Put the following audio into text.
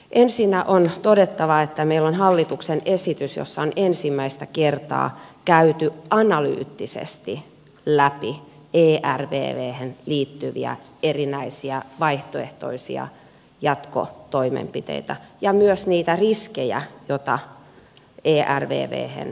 ensinnä on todettava että meillä on hallituksen esitys jossa on ensimmäistä kertaa käyty analyyttisesti läpi ervvhen liittyviä erinäisiä vaihtoehtoisia jatkotoimenpiteitä ja myös niitä riskejä joita ervvhen liittyy